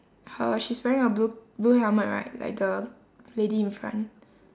her she's wearing a blue blue helmet right like the lady in front